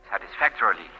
satisfactorily